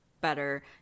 better